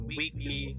weekly